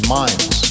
minds